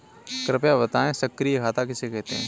कृपया बताएँ सक्रिय खाता किसे कहते हैं?